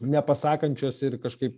nepasakančios ir kažkaip